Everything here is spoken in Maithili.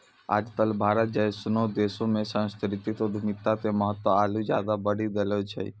आज कल भारत जैसनो देशो मे सांस्कृतिक उद्यमिता के महत्त्व आरु ज्यादे बढ़ि गेलो छै